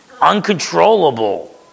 Uncontrollable